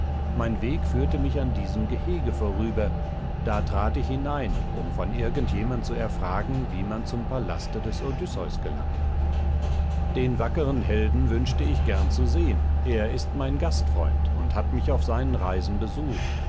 mein weg führte mich an diesem gehege vorüber da trat ich hinein um von irgend jemand zu erfragen wie man zum palaste des odysseus gelange den wackern helden wünschte ich gern zu sehen er ist mein gastfreund und hat mich auf seinen reisen besucht